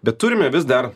bet turime vis dar